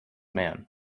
man